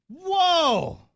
Whoa